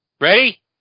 Ready